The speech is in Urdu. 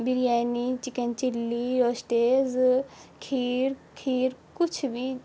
biryani chicken chilli roasties kheer kheer کچھ بھی